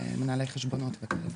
כמנהלי חשבונות וכולי.